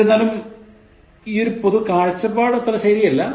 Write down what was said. എന്നിരുന്നലും ഈ പൊതു കാഴ്ചപ്പാട് അത്ര ശരിയല്ല